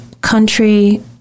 country